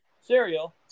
cereal